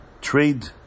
trade